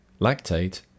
lactate